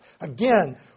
Again